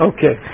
Okay